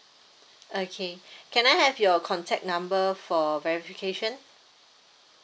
okay can I have your contact number for verification